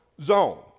zone